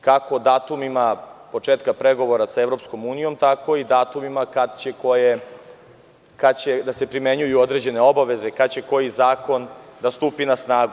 Kako datumima početka pregovora sa EU, tako i datumima kad će da se primenjuju određene obaveze, kad će koji zakon da stupi na snagu.